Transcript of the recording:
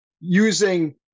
using